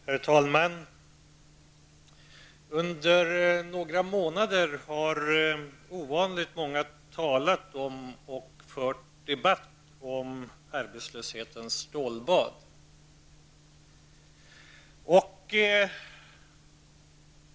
Herr talman! Under några månader har ovanligt många talat om och fört debatt om arbetslöshetens stålbad.